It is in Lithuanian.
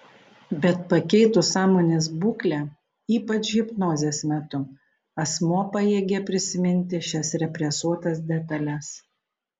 bet pakeitus sąmonės būklę ypač hipnozės metu asmuo pajėgia prisiminti šias represuotas detales